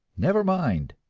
never mind!